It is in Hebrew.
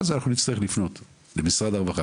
אז נצטרך לפנות למשרד הרווחה,